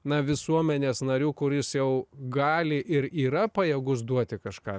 na visuomenės nariu kuris jau gali ir yra pajėgus duoti kažką